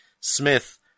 Smith